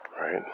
right